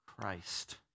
Christ